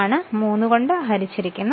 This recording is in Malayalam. അത് 3 കൊണ്ട് ഹരിച്ചിരിക്കുന്നു